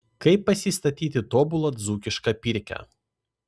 kaip pasistatyti tobulą dzūkišką pirkią